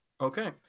Okay